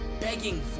begging